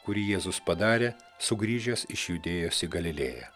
kurį jėzus padarė sugrįžęs iš judėjos į galilėją